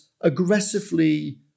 aggressively